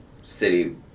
city